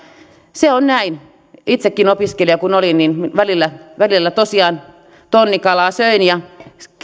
se on näin itsekin opiskelija kun olin välillä tosiaan tonnikalaa söin ja